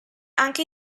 anche